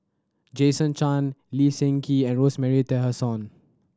Jason Chan Lee Seng Gee and Rosemary Tessensohn